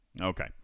Okay